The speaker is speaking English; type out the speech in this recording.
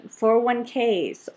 401ks